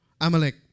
Amalek